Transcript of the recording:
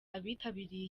abitabiriye